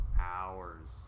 hours